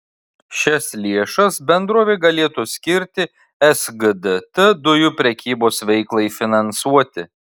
šias lėšas bendrovė galėtų skirti sgdt dujų prekybos veiklai finansuoti